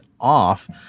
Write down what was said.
off